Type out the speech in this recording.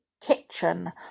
kitchen